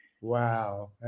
Wow